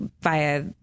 via